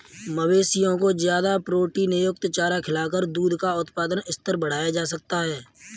मवेशियों को ज्यादा प्रोटीनयुक्त चारा खिलाकर दूध का उत्पादन स्तर बढ़ाया जा सकता है